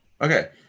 Okay